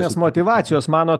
nes motyvacijos manot